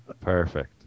Perfect